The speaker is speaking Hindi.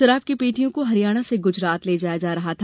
शराब की पेटियों को हरियाणा से गुजरात ले जाया जा रहा था